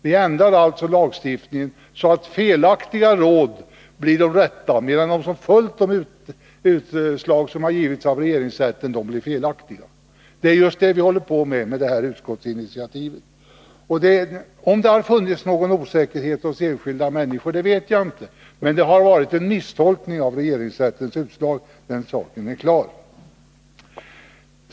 Vi skulle alltså ändra lagstiftningen, så att de felaktiga råden blir de rätta, medan de utslag som avgivits av regeringsrätten och som följts blir felaktiga. Det är just detta man håller på med genom det här utskottsinitiativet. Om det har funnits någon osäkerhet hos enskilda människor vet vi inte, men det har varit en misstolkning av regeringsrättens utslag — den saken är klar.